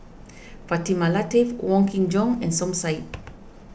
Fatimah Lateef Wong Kin Jong and Som Said